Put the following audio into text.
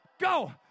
go